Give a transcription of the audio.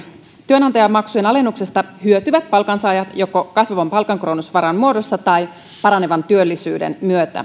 työnantajamaksujen alennuksesta hyötyvät palkansaajat joko kasvavan palkankorotusvaran muodossa tai paranevan työllisyyden myötä